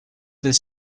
with